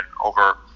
over –